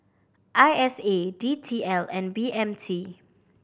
I S A D T L and B M T